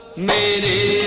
made a